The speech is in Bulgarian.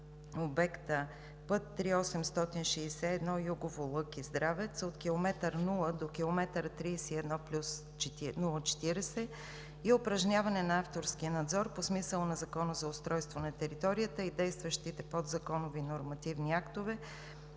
обекта път III-861 Югово – Лъки – Здравец от км 0 до км 31+040 и упражняване на авторския надзор по смисъла на Закона за устройство на територията и действащите подзаконови нормативни актове,